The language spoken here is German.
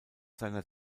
seiner